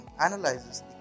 analyzes